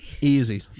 Easy